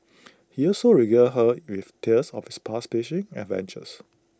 he also regaled her with tales of his past fishing adventures